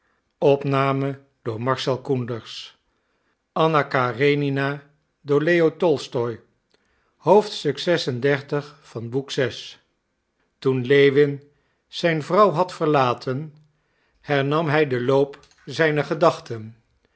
toen lewin zijn vrouw had verlaten hernam hij den loop zijner gedachten